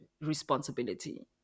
responsibility